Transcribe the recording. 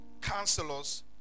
counselors